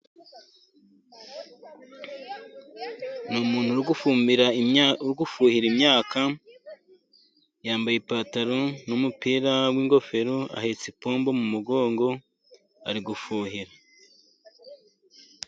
Ni umuntu uri gufuhira imyaka, yambaye ipantaro n'umupira w'ingofero, ahetse ipombo mu mugongo ari gufuhira.